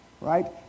right